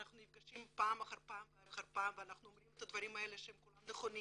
אנחנו נפגשים פעם אחר פעם ואומרים את הדברים האלה שהם כולם נכונים